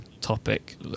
topic